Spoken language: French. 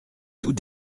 tout